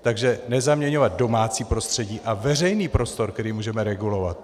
Takže nezaměňovat domácí prostředí a veřejný prostor, který můžeme regulovat.